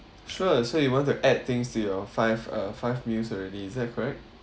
sure so you want to add things to your five uh five meals already is that correct